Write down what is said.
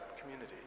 community